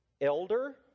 elder